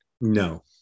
No